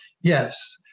yes